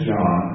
John